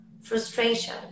frustration